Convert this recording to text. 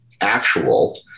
actual